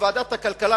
בוועדת הכלכלה,